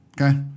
okay